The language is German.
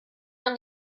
man